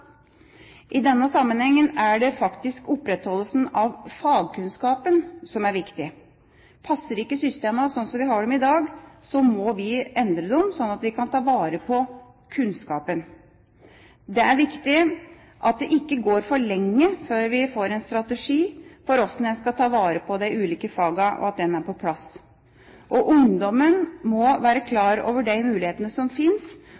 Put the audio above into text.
I denne sammenhengen er det faktisk opprettholdelsen av fagkunnskapen som er viktig. Passer ikke systemene slik de er i dag, må vi endre dem, slik at vi kan ta vare på kunnskapen. Det er viktig at det ikke går for lenge før en strategi for hvordan en skal ta vare på de ulike fagene, er på plass. Ungdommen må være klar over de mulighetene som finnes,